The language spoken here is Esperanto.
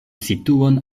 situon